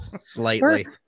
slightly